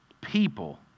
people